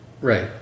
Right